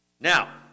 Now